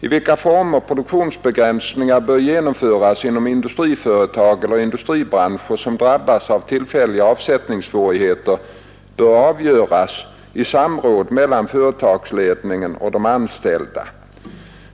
I vilka former produktionsbegränsningar bör genomföras inom industriföretag eller industribransch som drabbas av tillfälliga avsättningssvårigheter bör avgöras i samråd mellan företagsledningen och de anställda.